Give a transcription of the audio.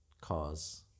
cause